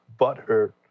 butthurt